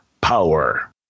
power